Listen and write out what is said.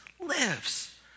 lives